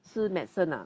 吃 medicine ah